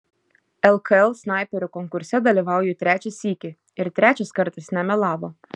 lkl snaiperių konkurse dalyvauju trečią sykį ir trečias kartas nemelavo